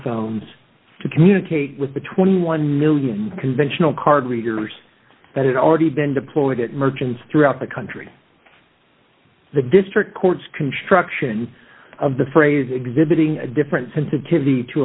phones to communicate with the twenty one million conventional card readers that it already been deployed at merchants throughout the country the district court's construction of the phrase exhibiting a different sensitivity to